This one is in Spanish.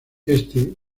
éste